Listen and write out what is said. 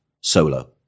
solo